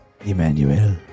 Emmanuel